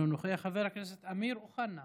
אינו נוכח, חבר הכנסת אמיר אוחנה,